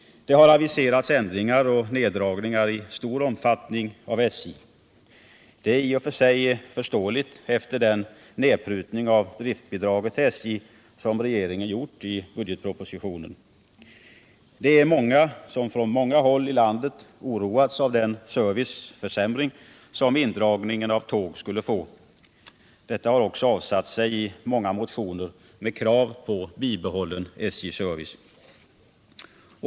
SJ har aviserat ändringar och neddragningar i stor omfattning. I och för sig är detta förståeligt efter den nedprutning av driftbidraget till SJ som regeringen har gjort i budgetpropositionen. På flera håll i landet har många oroat sig över den serviceförsämring som indragningen av tåg skulle medföra. Denna oro har också resulterat i många motioner med krav på ett bibehållande av SJ-servicen.